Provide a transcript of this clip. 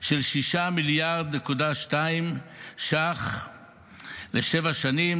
של 6.2 מיליארד שקלים לשבע שנים,